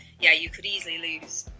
yeah, you could easily lose,